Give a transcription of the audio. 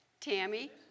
Tammy